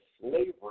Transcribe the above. slavery